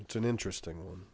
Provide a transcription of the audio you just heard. it's an interesting one